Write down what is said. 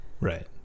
right